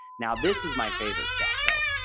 now this is my favorite stat though